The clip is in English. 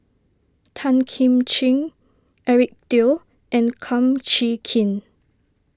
Tan Kim Ching Eric Teo and Kum Chee Kin